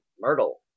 Myrtle